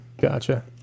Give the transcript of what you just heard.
gotcha